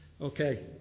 Okay